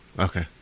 Okay